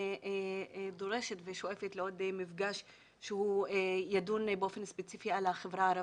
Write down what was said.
אני דורשת ושואפת לעוד מפגש שהוא ידון באופן ספציפי על החברה הערבית,